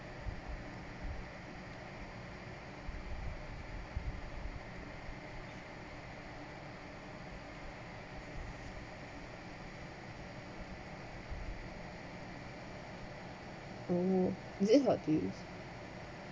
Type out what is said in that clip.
oo is it